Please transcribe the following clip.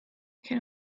can